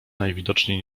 najwidoczniej